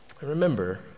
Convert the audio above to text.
Remember